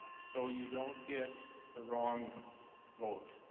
so you don't get the wrong vote.